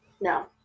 No